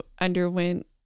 underwent